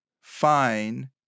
fine